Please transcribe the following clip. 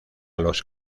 los